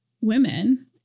women